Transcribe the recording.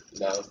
No